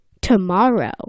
tomorrow